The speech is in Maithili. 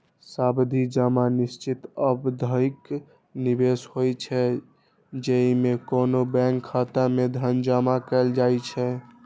सावधि जमा निश्चित अवधिक निवेश होइ छै, जेइमे कोनो बैंक खाता मे धन जमा कैल जाइ छै